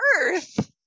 Earth